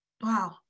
Wow